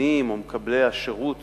הצרכנים או מקבלי השירות